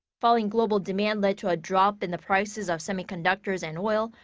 falling global demand led to a drop in the prices of semiconductors and oil.